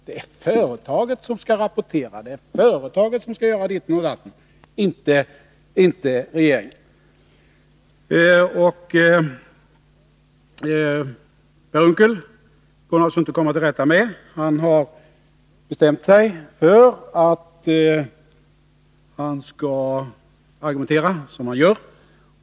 Det är företaget som skall rapportera, och det är företaget som skall göra ditten och datten, inte regeringen. Per Unckel går det naturligtvis inte att komma till rätta med. Han har bestämt sig för att argumentera som han gör.